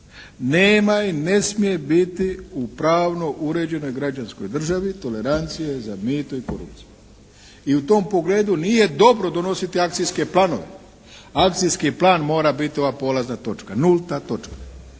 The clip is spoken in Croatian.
Nema i ne smije biti u pravno uređenoj građanskoj državi tolerancije za mito i korupciju. I u tom pogledu nije dobro donositi akcijske planove. Akcijski plan mora biti ova polazna točka. Nulta točka.